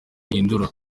bihindura